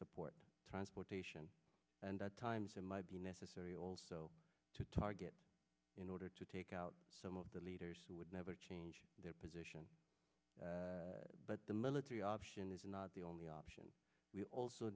support transportation and at times it might be necessary also to target in order to take out some of the leaders who would never change their position but the military option is not the only option we also